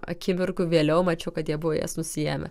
akimirkų vėliau mačiau kad jie buvo jas nusiėmę